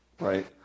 right